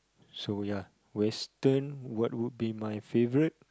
so ya Western what would be my favorite